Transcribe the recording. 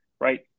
right